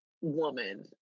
woman